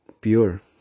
pure